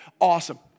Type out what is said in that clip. Awesome